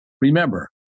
Remember